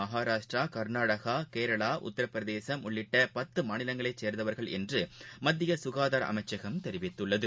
மகாராஷ்ட்ரா கர்நாடகா கேரளா உத்தரபிரதேசம் உள்ளிட்டபத்தமாநிலங்களைசேர்ந்தவர்களஎன்றுமத்தியசுகாதாரஅமைச்சகம் தெரிவித்துள்ளது